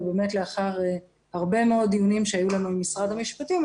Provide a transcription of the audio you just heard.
לאחר הרבה מאוד דיונים שהיו לנו עם משרד המשפטים,